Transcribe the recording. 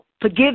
Forgive